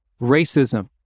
racism